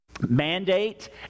mandate